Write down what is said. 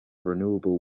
renewable